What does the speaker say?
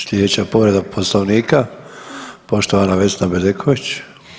Slijedeća povreda Poslovnika, poštovana Vesna Bedeković.